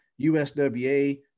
USWA